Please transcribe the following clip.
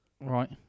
Right